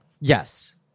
Yes